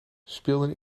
speelden